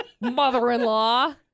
mother-in-law